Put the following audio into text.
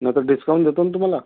नंतर डिस्काउंट देतो ना तुम्हाला